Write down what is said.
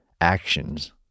actions